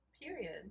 Period